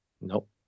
Nope